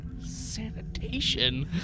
Sanitation